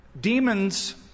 demons